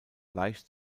leicht